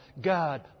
God